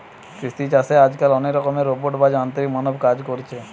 কৃষি চাষে আজকাল অনেক রকমের রোবট বা যান্ত্রিক মানব কাজ কোরছে